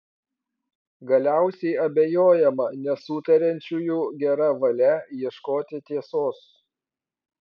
galiausiai abejojama nesutariančiųjų gera valia ieškoti tiesos